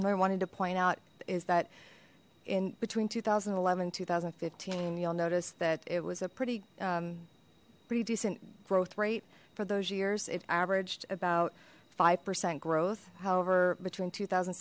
am i wanting to point out is that in between two thousand and eleven two thousand and fifteen you'll notice that it was a pretty pretty decent growth rate for those years it averaged about five percent growth however between two thousand